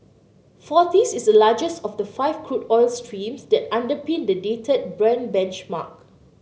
forties is the largest of the five crude oil streams that underpin the dated Brent benchmark